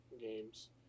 games